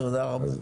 תודה רבה.